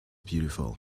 beautiful